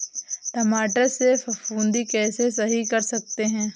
टमाटर से फफूंदी कैसे सही कर सकते हैं?